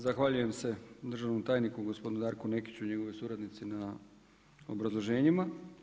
Zahvaljujem se državnom tajniku gospodinu Darku Nekiću i njegovoj suradnici na obrazloženjima.